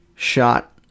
Shot